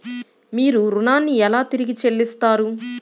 మీరు ఋణాన్ని ఎలా తిరిగి చెల్లిస్తారు?